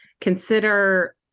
consider